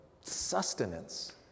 sustenance